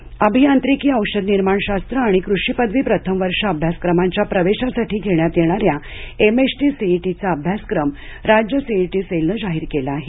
MHCET अभियांत्रिकी औषधनिर्माणशास्त्र आणि कृषी पदवी प्रथम वर्ष अभ्यासक्रमांच्या प्रवेशासाठी घेण्यात येणारी एमएचटी सीईटीचा अभ्यासक्रम राज्य सीईटी सेलनं जाहीर केला आहे